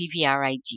PVRIG